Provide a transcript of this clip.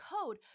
code